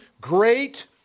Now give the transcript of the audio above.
great